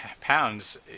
pounds